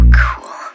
cool